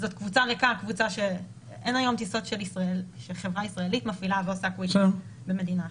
אין היום טיסות שחברה ישראלית מפעילה במדינה אחרת.